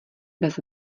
bez